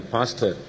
Pastor